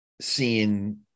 seeing